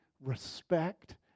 respect